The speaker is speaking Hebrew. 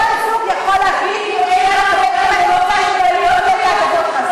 אז כל זוג יכול להחליט עכשיו מי משניהם מקבל את ההטבה?